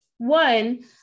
One